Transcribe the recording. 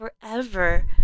forever